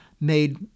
made